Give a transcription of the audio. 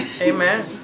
Amen